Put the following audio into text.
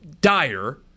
dire